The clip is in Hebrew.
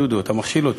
דודו, אתה מכשיל אותי.